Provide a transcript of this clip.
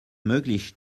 möglich